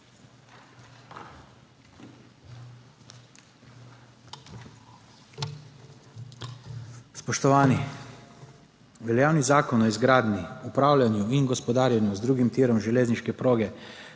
dopolnitvah Zakona o izgradnji, upravljanju in gospodarjenju z drugim tirom železniške proge